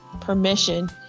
permission